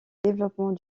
développement